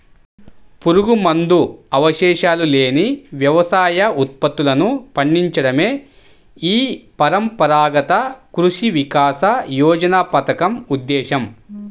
పురుగుమందు అవశేషాలు లేని వ్యవసాయ ఉత్పత్తులను పండించడమే ఈ పరంపరాగత కృషి వికాస యోజన పథకం ఉద్దేశ్యం